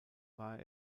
war